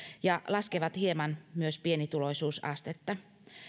ja laskevat hieman myös pienituloisuusastetta